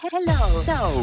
Hello